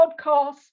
Podcast